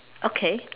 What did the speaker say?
okay